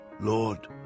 Lord